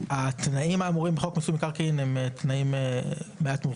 התנאים האמורים בחוק מיסוי מקרקעין הם תנאים מורכבים,